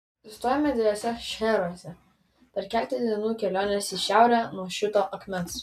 apsistojome dviejuose šcheruose per keletą dienų kelionės į šiaurę nuo šito akmens